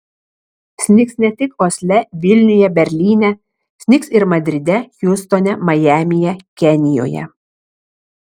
snigs ne tik osle vilniuje berlyne snigs ir madride hjustone majamyje kenijoje